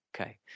Okay